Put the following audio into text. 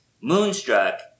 Moonstruck